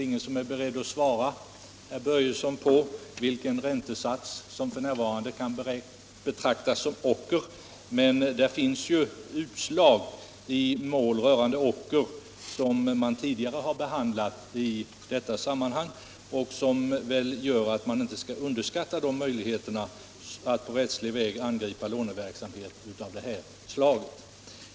Ingen är väl beredd att besvara herr Börjessons fråga vilken räntesats som f. n. kan betraktas som ocker. Men det finns utslag i mål rörande ocker som visar att man inte bör underskatta möjligheterna att på rättslig väg angripa låneverksamhet av det här slaget.